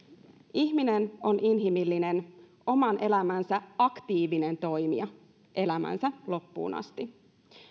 ihminen on inhimillinen oman elämänsä aktiivinen toimija elämänsä loppuun asti